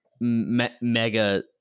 mega